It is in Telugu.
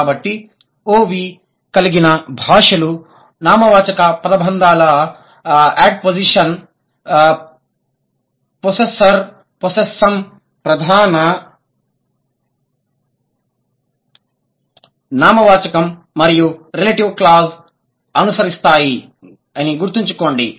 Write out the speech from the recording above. కాబట్టి OV కర్మ క్రియ కలిగిన భాషలు నామవాచక పదబంధాలు యాడ్పోస్జిషన్ పొస్సెస్సర్ పొస్సెస్సామ్ ప్రధాన నామవాచకం మరియు రెలెటివ్ క్లాజ్ అనుసరిస్తాయిని గుర్తించుకొండి